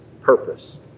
purpose